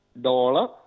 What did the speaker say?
dollar